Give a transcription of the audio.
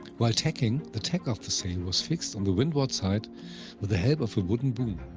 while tacking, the tack of the sail was fixed on the windward side with the help of of wooden boom,